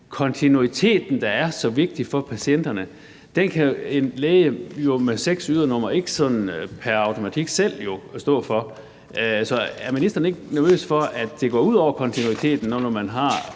kontinuiteten, der er så vigtig for patienterne, kan en læge med seks ydernumre ikke sådan pr. automatik jo selv stå for. Så er ministeren ikke nervøs for, at det går ud over kontinuiteten, når man har